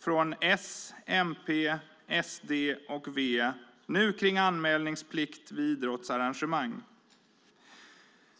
från S, MP, SD och V kring anmälningsplikt vid idrottsarrangemang.